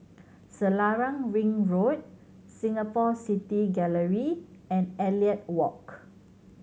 Selarang Ring Road Singapore City Gallery and Elliot Walk